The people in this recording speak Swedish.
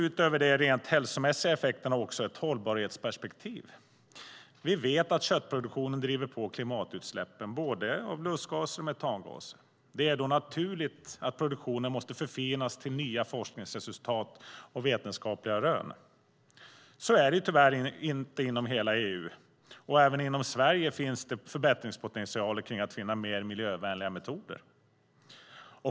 Utöver de rent hälsomässiga effekterna finns också ett hållbarhetsperspektiv. Vi vet att köttproduktionen driver på klimatutsläppen av både lustgas och metangas. Det är då naturligt att produktionen måste förfinas i enlighet med nya forskningsresultat och vetenskapliga rön. Så är det tyvärr inte inom hela EU. Även inom Sverige finns det förbättringspotential kring att finna mer miljövänliga metoder.